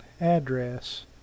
address